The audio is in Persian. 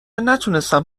نتونستم